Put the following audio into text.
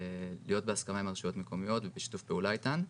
להיות בהסכמה עם הרשויות המקומיות ובשיתוף פעולה איתן.